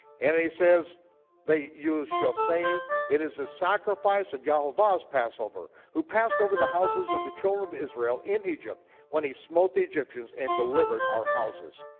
and he says that you shall say it is a sacrifice of yehovah's passover who passed over the houses of the children of israel in egypt when he smote the egyptians and delivered our houses.